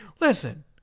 Listen